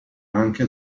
anche